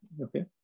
Okay